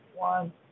one